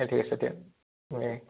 এই ঠিক আছে দিয়া মই